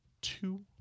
two